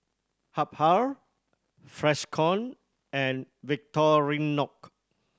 Habhal Freshkon and Victorinox